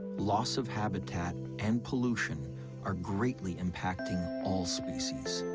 loss of habitat, and pollution are greatly impacting all species.